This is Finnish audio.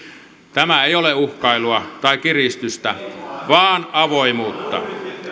tämä ei ole uhkailua tai kiristystä vaan avoimuutta